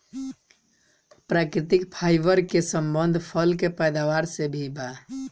प्राकृतिक फाइबर के संबंध फल के पैदावार से भी बा